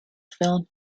film